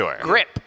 grip